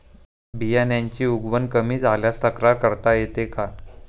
बियाण्यांची उगवण कमी झाल्यास तक्रार करता येते का?